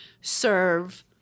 serve